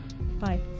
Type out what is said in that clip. Bye